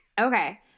Okay